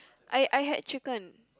I I had chicken